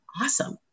Awesome